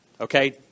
Okay